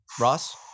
Ross